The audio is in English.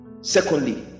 Secondly